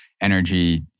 energy